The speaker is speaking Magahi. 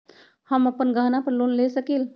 हम अपन गहना पर लोन ले सकील?